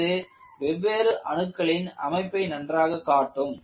இது வெவ்வேறு அணுக்களின் அமைப்பை நன்றாக காட்டும்